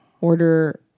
order